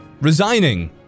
Resigning